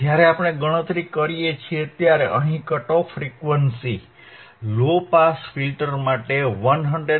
જ્યારે આપણે ગણતરી કરીએ ત્યારે અહીં cut off frequency low pass filter માટે 159